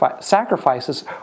sacrifices